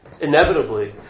Inevitably